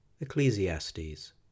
Ecclesiastes